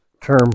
term